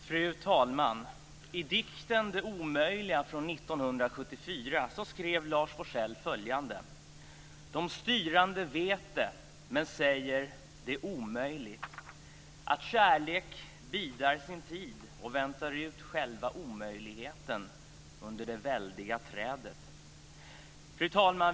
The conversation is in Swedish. Fru talman! I dikten Det omöjliga från 1974 skrev De styrande vet det, men säger: Det är omöjligt. All kärlek bidar sin tid och väntar ut själva omöjligheten under det väldiga trädet. Fru talman!